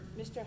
Mr